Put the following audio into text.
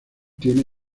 tiene